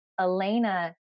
Elena